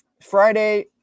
Friday